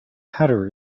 hatter